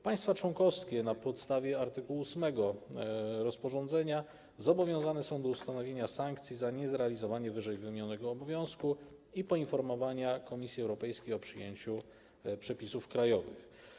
Państwa członkowskie na podstawie art. 8 rozporządzenia zobowiązane są do ustanowienia sankcji za niezrealizowanie ww. obowiązku i poinformowania Komisji Europejskiej o przyjęciu przepisów krajowych.